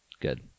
Good